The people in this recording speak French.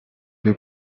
des